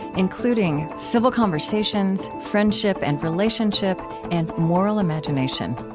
including civil conversations friendship and relationship and moral imagination.